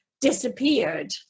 disappeared